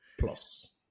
plus